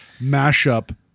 mashup